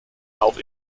auch